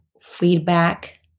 feedback